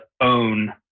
own